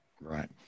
Right